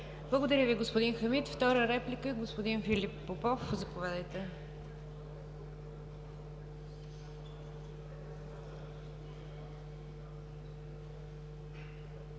Благодаря Ви, господин Хамид. Втора реплика – господин Филип Попов, заповядайте.